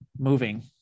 moving